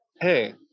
Hey